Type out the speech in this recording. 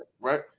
right